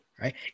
Right